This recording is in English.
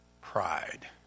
Pride